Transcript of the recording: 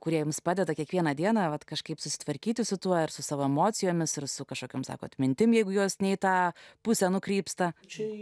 kuriems padeda kiekvieną dieną vat kažkaip susitvarkyti su tuo ir su savo emocijomis ir su kažkokiom sakote mintim jeigu juos ne į tą pusę nukrypsta čia